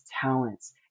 talents